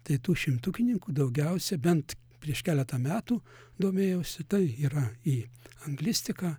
tai tų šimtukininkų daugiausia bent prieš keletą metų domėjausi tai yra į anglistiką